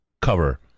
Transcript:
cover